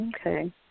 Okay